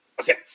okay